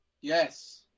Yes